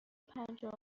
پنجاه